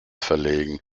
verlegen